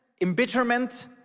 embitterment